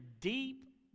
deep